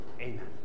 Amen